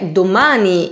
domani